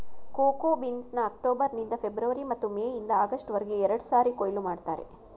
cocoa ಬೀನ್ಸ್ನ October ನಿಂದ February ಮತ್ತು ಮೇ ಇಂದ ಆಗಸ್ಟ್ ವರ್ಗೆ ಎರಡ್ಸಾರಿ ಕೊಯ್ಲು ಮಾಡ್ತರೆ